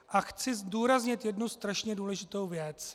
A chci zdůraznit jednu straně důležitou věc.